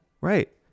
Right